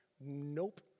Nope